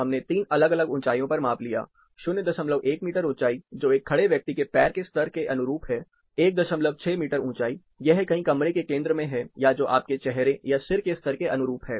हमने 3 अलग अलग ऊंचाइयों पर माप लिया 01 मीटर ऊंचाई जो एक खड़े व्यक्ति के पैर के स्तर के अनुरूप है 16 मीटर ऊंचाई यह कहीं कमरे के केंद्र में है या जो आपके चेहरे या सिर के स्तर के अनुरूप है